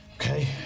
Okay